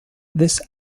this